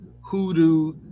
hoodoo